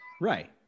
Right